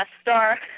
star